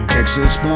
Texas